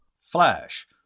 Flash